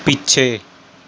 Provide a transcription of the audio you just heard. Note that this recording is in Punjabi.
ਪਿੱਛੇ